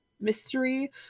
mystery